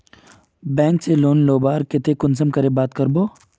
Bank से loan लुबार केते कुंसम करे बात करबो?